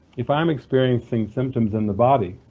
if i am experiencing symptoms in the body,